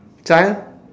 child